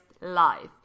life